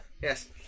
yes